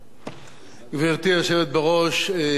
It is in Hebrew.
גברתי היושבת בראש, השר,